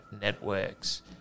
Networks